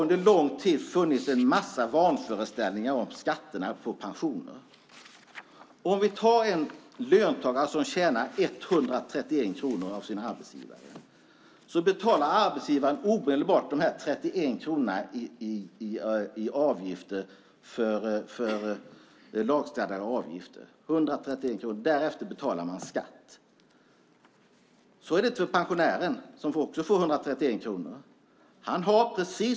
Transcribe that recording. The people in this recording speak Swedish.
Under en lång tid har det funnits en massa vanföreställningar kring skatten på pensioner. Vi kan ta en löntagare som tjänar 131 kronor hos sin arbetsgivare. Arbetsgivaren betalar omedelbart 31 kronor av det i lagstadgade avgifter. Därefter betalar löntagaren skatt. Så är det inte för den pensionär som också får 131 kronor.